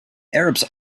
arabs